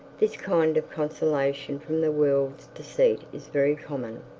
this kind of consolation from the world's deceit is very common.